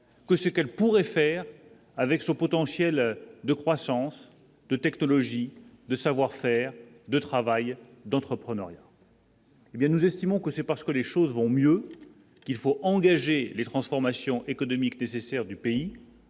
que ce qu'elle pourrait faire avec son potentiel de croissance de technologies de savoir-faire de travail d'entrepreneur. Eh bien, nous estimons que c'est parce que les choses vont mieux qu'il faut engager les transformations économiques nécessaires du pays